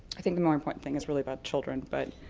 i think the more important thing is really about children but